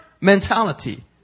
mentality